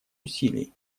усилий